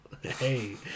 Hey